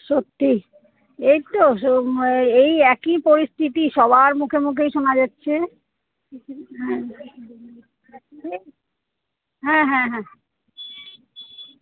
সত্যি এই তো সম এই একই পরিস্থিতি সবার মুখে মুখেই শোনা যাচ্ছে হ্যাঁ হ্যাঁ হ্যাঁ